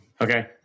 Okay